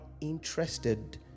interested